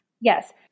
Yes